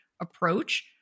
approach